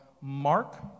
Mark